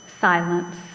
silence